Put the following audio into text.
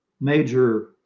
major